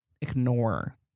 ignore